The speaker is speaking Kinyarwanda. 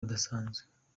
budasanzwe